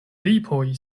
lipoj